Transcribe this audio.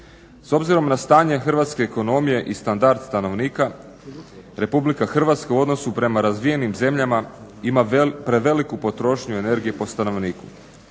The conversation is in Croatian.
S obzirom na stanje hrvatske ekonomije i standard stanovnika RH u odnosu prema razvijenim zemljama ima preveliku potrošnju energije po stanovniku.